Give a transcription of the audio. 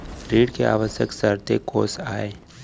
ऋण के आवश्यक शर्तें कोस आय?